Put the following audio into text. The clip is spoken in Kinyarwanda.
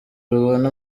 rubone